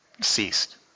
ceased